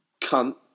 cunt